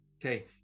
okay